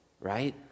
right